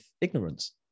ignorance